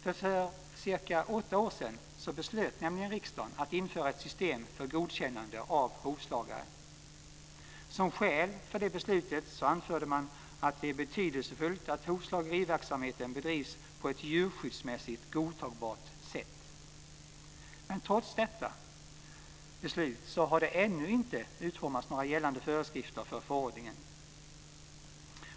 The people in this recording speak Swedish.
För cirka åtta år sedan beslöt nämligen riksdagen att införa ett system för godkännande av hovslagare. Som skäl för det beslutet anförde man att det är betydelsefullt att hovslageriverksamheten bedrivs på ett djurskyddsmässigt godtagbart sätt. Men trots detta beslut har det ännu inte utformats några gällande föreskrifter för förordningen.